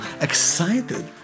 excited